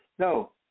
No